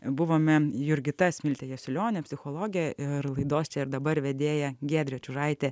buvome jurgita smiltė jasiulionė psichologė ir laidos čia ir dabar vedėja giedrė čiužaitė